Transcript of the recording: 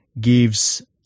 gives